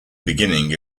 beginning